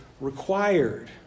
required